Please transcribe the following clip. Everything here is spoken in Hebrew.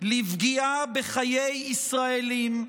לפגיעה בחיי ישראלים,